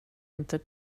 inte